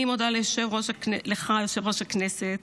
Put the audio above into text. אני מודה לך יושב-ראש הכנסת,